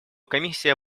комиссия